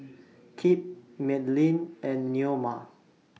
Kip Madelynn and Neoma